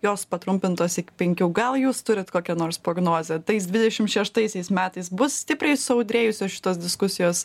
jos patrumpintos iki penkių gal jūs turit kokią nors prognozę tais dvidešim šeštaisiais metais bus stipriai suaudrėjusios šitos diskusijos